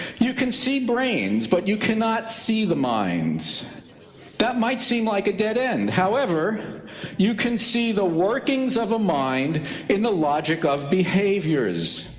you can see brains but you cannot see the mayans that might seem like a dead end however you can see the workings of a mind in the logic of behavior is